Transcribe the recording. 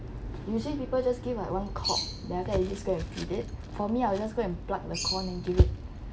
usually people just give like one cob then after that you just go and you feed it for me I'll just go and pluck the corn and give it